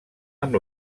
amb